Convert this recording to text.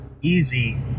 easy